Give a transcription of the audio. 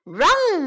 run！